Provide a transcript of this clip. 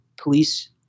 police